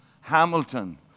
Hamilton